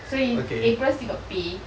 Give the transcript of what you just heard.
so he april still got pay